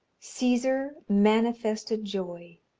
caesar manifested joy,